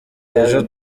ejo